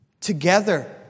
together